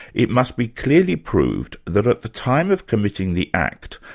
it must be clearly proved that at the time of committing the act,